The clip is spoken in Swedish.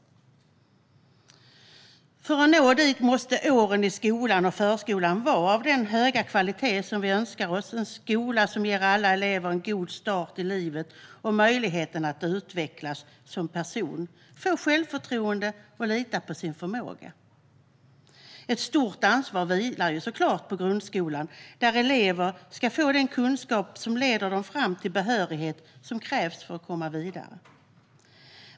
För att nå dit måste åren i skolan och förskolan vara av den höga kvalitet som vi önskar, en skola som ger alla elever en god start i livet och möjlighet att utvecklas som person och få självförtroende att lita på sin förmåga. Ett stort ansvar vilar såklart på grundskolan, där eleverna ska få den kunskap som leder dem fram till den behörighet som krävs för att komma vidare till gymnasiet.